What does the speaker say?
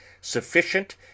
sufficient